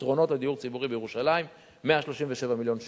פתרונות לדיור הציבורי בירושלים, 137 מיליון שקל,